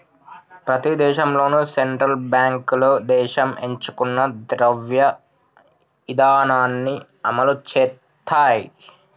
ప్రతి దేశంలోనూ సెంట్రల్ బ్యాంకులు దేశం ఎంచుకున్న ద్రవ్య ఇధానాన్ని అమలు చేత్తయ్